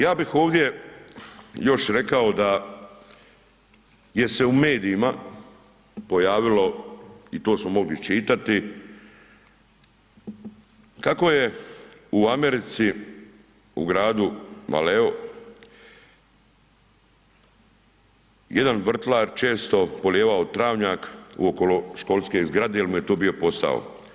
Ja bih ovdje još rekao da gdje se u medijima pojavilo i to smo mogli čitati, kako je u Americi u gradu Valeo jedan vrtlar često polijevao travnjak uokolo školske zgrade jel mu je to bio posao.